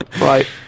right